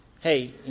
hey